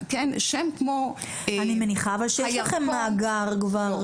שם כמו הירקון --- אבל אני מניחה שיש לכם כבר מאגר.